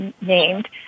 named